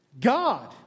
God